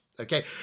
Okay